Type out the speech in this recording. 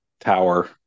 tower